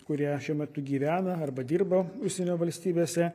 kurie šiuo metu gyvena arba dirba užsienio valstybėse